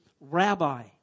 rabbi